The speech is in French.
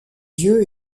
yeux